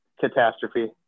catastrophe